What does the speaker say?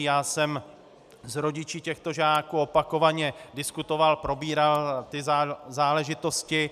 Já jsem s rodiči těchto žáků opakovaně diskutoval, probíral ty záležitosti.